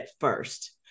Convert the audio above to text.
first